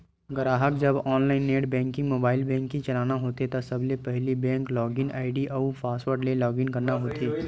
गराहक जब online net banking, mobile banking चलाना होथे त सबले पहिली बेंक लॉगिन आईडी अउ पासवर्ड ले लॉगिन करना होथे